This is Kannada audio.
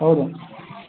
ಹೌದು